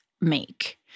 make